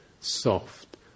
soft